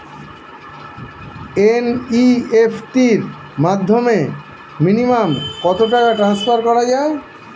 NEFT র মাধ্যমে minimum কত টাকা ট্রান্সফার করা যায়?